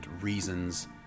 reasons